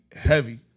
heavy